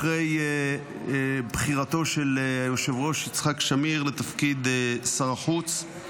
אחרי בחירתו של היושב-ראש יצחק שמיר לתפקיד שר החוץ.